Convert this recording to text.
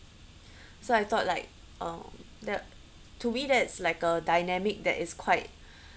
so I thought like uh that to me that's like a dynamic that is quite